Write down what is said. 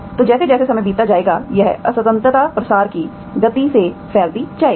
तो जैसे जैसे समय बीतता जाएगा यह असंततता प्रसार की गति से फैलती जाएगी